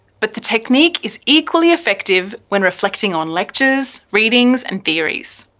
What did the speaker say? but the technique is equally effective when reflecting on lectures, readings and theories.